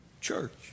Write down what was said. church